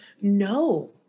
No